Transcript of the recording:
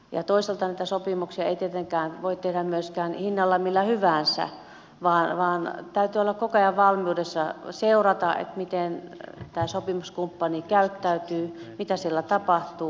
ja toisaalta niitä sopimuksia ei tietenkään voi tehdä myöskään hinnalla millä hyvänsä vaan täytyy olla koko ajan valmiudessa seurata miten tämä sopimuskumppani käyttäytyy mitä siellä tapahtuu